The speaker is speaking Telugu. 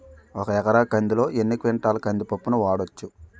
ఒక ఎకర కందిలో ఎన్ని క్వింటాల కంది పప్పును వాడచ్చు?